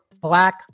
black